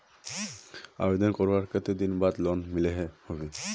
आवेदन करवार कते दिन बाद लोन मिलोहो होबे?